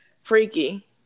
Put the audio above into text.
Freaky